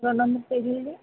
రెండు వందల పేజీలది